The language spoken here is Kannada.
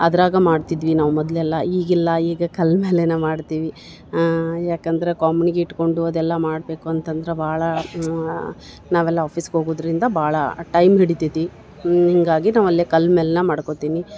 ಅದರಾಗ ಮಾಡ್ತಿದ್ವಿ ನಾವು ಮೊದಲೆಲ್ಲ ಈಗಿಲ್ಲ ಈಗ ಕಲ್ಲು ಮ್ಯಾಲೇನ ಮಾಡ್ತೀವಿ ಕೋಮಣ್ಗಿ ಯಾಕಂದ್ರೆ ಇಟ್ಕೊಂಡು ಅದೆಲ್ಲ ಮಾಡಬೇಕು ಅಂತಂದ್ರೆ ಭಾಳ ನಾವೆಲ್ಲ ಆಫೀಸ್ಗೆ ಹೋಗೋದ್ರಿಂದ ಭಾಳ ಟೈಮ್ ಹಿಡಿತೈತಿ ನಿನಗಾಗಿ ನಾವು ಅಲ್ಲೇ ಕಾಲು ಮೇಲ್ನೆ ಮಾಡ್ಕೊಳ್ತೀನಿ